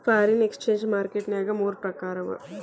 foreign exchange market ನ್ಯಾಗ ಮೂರ್ ಪ್ರಕಾರವ